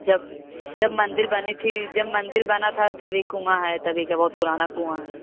जब जब मंदिर बनी थी जब मंदिर बना था तभी कुआँ है तभी का बहुत पुराना कुआँ है